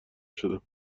شدم